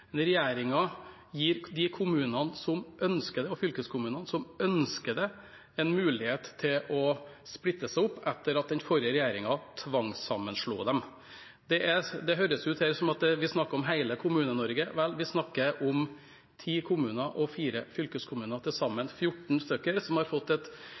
gir de kommunene og fylkeskommunene som ønsker det, en mulighet til å splitte seg opp etter at den forrige regjeringen tvangssammenslo dem. Det høres her ut som om vi snakker om hele Kommune-Norge. Vel, vi snakker om ti kommuner og fire fylkeskommuner, til sammen 14 stykker, som har fått et